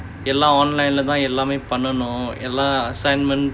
எல்லாம்:ellaam online lah தான் பண்ணனும் எல்லா:thaan pannanum ellaa assignment